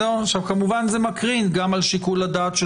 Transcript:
כמובן זה מקרין גם על שיקול הדעת של